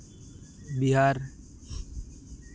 Bihar